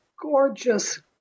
gorgeous